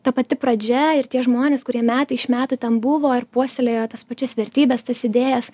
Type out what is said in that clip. ta pati pradžia ir tie žmonės kurie metai iš metų ten buvo ir puoselėjo tas pačias vertybes tas idėjas